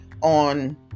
on